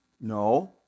No